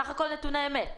בסך הכול אלה נתוני אמת.